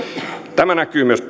tämä näkyy myös